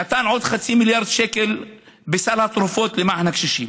הוא נתן עוד חצי מיליארד שקל בסל התרופות למען הקשישים.